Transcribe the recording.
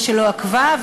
למי שלא עקבה,